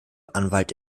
anwalt